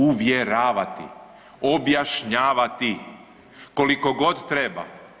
Uvjeravati, objašnjavati koliko god treba.